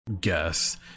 guess